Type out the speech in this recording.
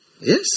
Yes